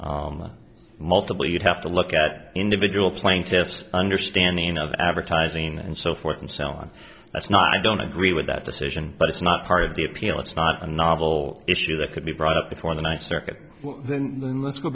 view multiple you'd have to look at individual plaintiffs understanding of advertising and so forth and so on that's not i don't agree with that decision but it's not part of the appeal it's not a novel issue that could be brought up before the ninth circuit then let's go